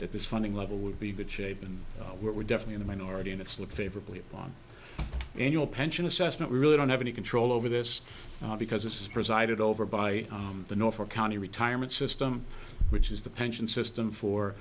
this funding level would be good shape and we're definitely the minority and it's look favorably on annual pension assessment we really don't have any control over this because it's presided over by the norfolk county retirement system which is the pension system for